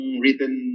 written